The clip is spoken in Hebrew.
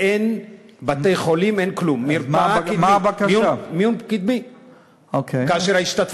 אין בכלל ספק שהתיירות